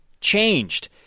changed